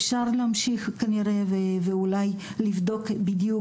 אפשר להמשיך כנראה ואולי לבדוק בדיוק